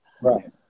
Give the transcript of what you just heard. right